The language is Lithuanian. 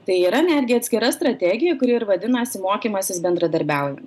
tai yra netgi atskira strategija kuri ir vadinasi mokymasis bendradarbiaujan